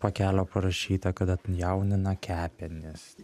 pakelio parašyta kad atjaunina kepenis